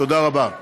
תודה רבה.